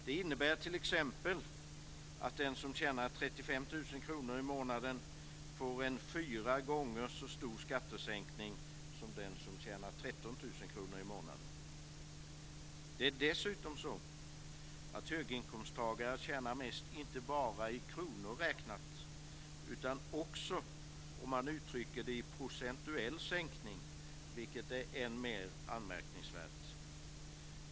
Det innebär att t.ex. den som tjänar 35 000 kr i månaden får en fyra gånger så stor skattesänkning som den som tjänar 13 000 kr. Dessutom är det så att höginkomsttagare inte bara i kronor räknat tjänar mest på skattesänkningen, utan också om man uttrycker det i procentuell sänkning, vilket är än mer anmärkningsvärt.